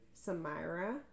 Samira